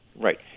Right